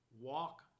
walk